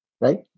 Right